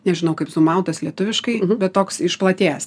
nežinau kaip zumautas lietuviškai bet toks išplatėjęs